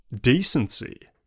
decency